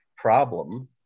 problem